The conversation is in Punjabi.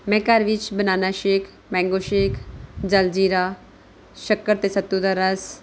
ਮੈਂ ਘਰ ਵਿੱਚ banana shake mango shake jaljeera ਸ਼ੱਕਰ ਅਤੇ ਸੱਤੂ ਦਾ ਰਸ